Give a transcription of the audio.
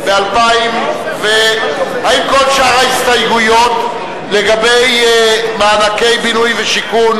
האם כל שאר ההסתייגויות לגבי מענקי בינוי ושיכון